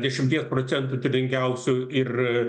dešimties procentų turtingiausių ir